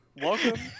Welcome